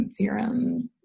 serums